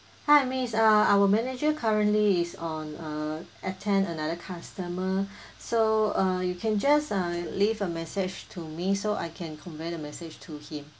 hi miss uh our manager currently is on uh attend another customer so uh you can just uh leave a message to me so I can convey the message to him